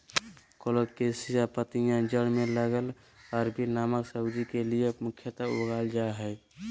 colocasia पत्तियां जड़ में लगल अरबी नामक सब्जी के लिए मुख्यतः उगाल जा हइ